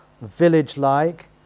village-like